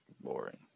boring